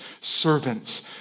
servants